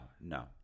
no